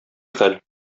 хәл